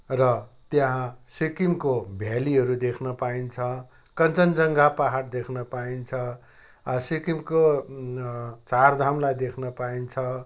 र त्यहाँ सिक्किमको भ्याल्लीहरू देख्न पाइन्छ कञ्चनजङ्घा पहाड देख्न पाइन्छ सिक्किमको चारधामलाई देख्न पाइन्छ